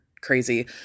crazy